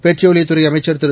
பெட்ரோலியத்துறைஅமைச்சர்திரு